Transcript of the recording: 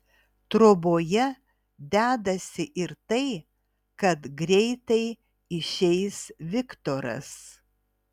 troboje dedasi ir tai kad greitai išeis viktoras